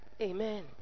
Amen